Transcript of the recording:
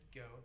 go